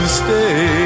stay